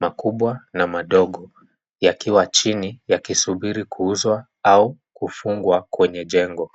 makumbwa na madogo yakiwa chini yakisubiri kuuzwa au kufungwa kwenye jengo.